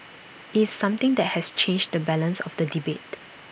it's something that has changed the balance of the debate